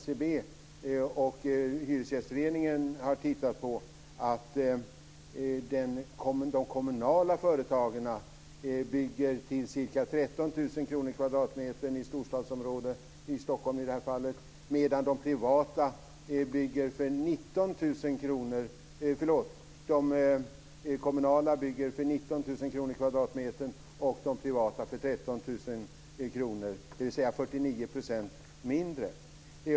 SCB och Hyresgästföreningen har nämligen tagit fram siffror som visar att de kommunala företagen bygger för ca 19 000 kr per kvadratmeter i storstadsområden, i det här fallet Stockholm, medan de privata bygger för 13 000 kr, dvs. 49 % mindre.